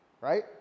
right